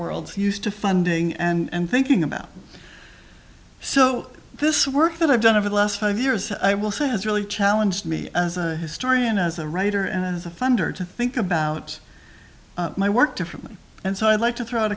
world used to funding and thinking about so this work that i've done over the last five years i will say has really challenged me as a historian as a writer and as a funder to think about my work differently and so i'd like to throw